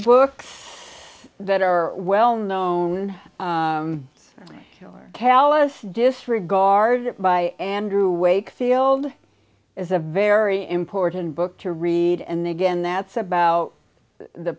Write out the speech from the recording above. books that are well known callous disregard by andrew wakefield is a very important book to read and again that's about the